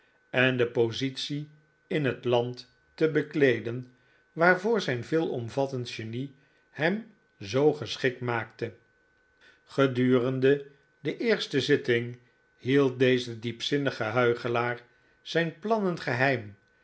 en de positie in het land te bekleeden waarvoor zijn veelomvattend genie hem zoo geschikt maakte gedurende de eerste zitting hield deze diepzinnige huichelaar zijn plannen geheim